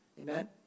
Amen